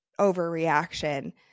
overreaction